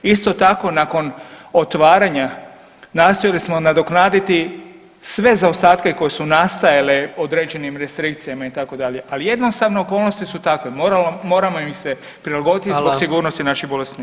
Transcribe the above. Isto tako nakon otvaranja nastojali smo nadoknaditi sve zaostatke koji su nastajali određenim restrikcijama itd., ali jednostavno okolnosti su takve, moramo im se prilagoditi i zbog sigurnosti naših bolesnika.